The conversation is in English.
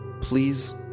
Please